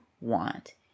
want